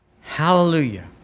Hallelujah